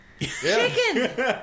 chicken